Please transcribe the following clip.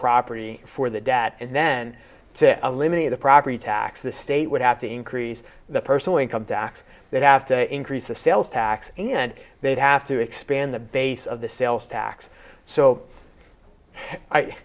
property for the dad and then to eliminate the property tax the state would have to increase the personal income tax they'd have to increase the sales tax and they'd have to expand the base of the sales tax so i